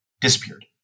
disappeared